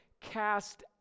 cast